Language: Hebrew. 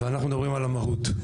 ואנחנו מדברים על המהות.